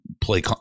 play